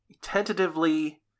tentatively